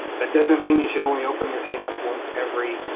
that doesn't mean you should only open your tank up once every.